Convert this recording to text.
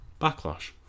Backlash